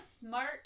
smart